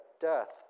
death